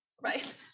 Right